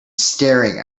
staring